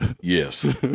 Yes